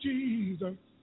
Jesus